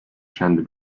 shandy